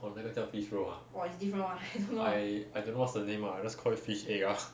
哦那个叫 fish roe ah I I don't know what's the name lah I just call it fish egg lah